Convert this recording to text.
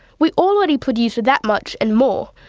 we already produce that much and more,